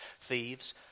thieves